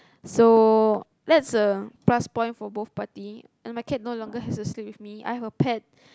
so that's a plus point for both party and my cat no longer has to sleep with me I have a pet